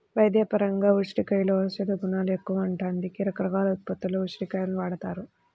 వైద్యపరంగా ఉసిరికలో ఔషధగుణాలెక్కువంట, అందుకే రకరకాల ఉత్పత్తుల్లో ఉసిరి కాయలను వాడతారు